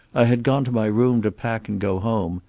i had gone to my room to pack and go home.